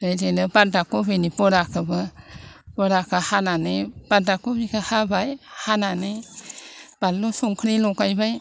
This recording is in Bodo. बेबायदिनो बानदा खफिनि बराखौबो बराखौ हानानै बानदा खफिखौ हाबाय हानानै बानलु संख्रि लगायबाय